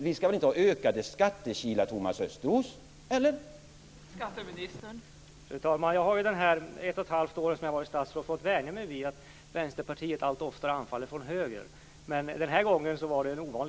Vi skall väl inte ha ökade skattekilar, Thomas Östros - eller?